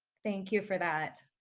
thank you for that.